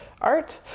art